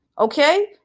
okay